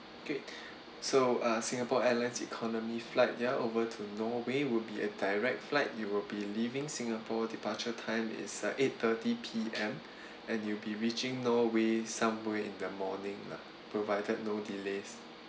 great so uh singapore airlines economy flight ya over to norway will be a direct flight you will be leaving singapore departure time is like eight-thirty P_M and you'll be reaching norway somewhere in the morning lah provided no delays